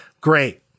great